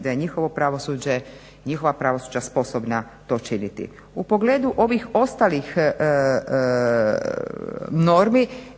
da je njihovo pravosuđe, njihova pravosuđa sposobna to činiti. U pogledu ovih ostalih normi